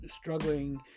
struggling